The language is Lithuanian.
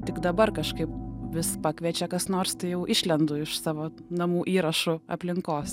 tik dabar kažkaip vis pakviečia kas nors tai jau išlendu iš savo namų įrašų aplinkos